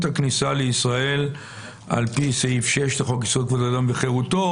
הכניסה לישראל על פי סעיף 6 לחוק יסוד: כבוד האדם וחירותו.